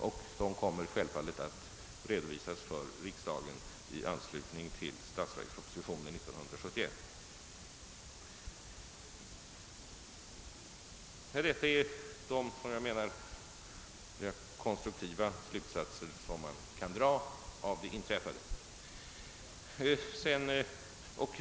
Självfallet kommer resultaten av denna prövning att redovisas för riksdagen i anslutning till statsverkspropositionen 1971. Detta är de konstruktiva slutsatser man kan dra av det inträffade.